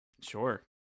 Sure